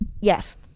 Yes